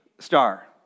Star